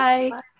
Bye